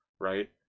right